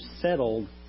settled